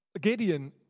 Gideon